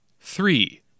Three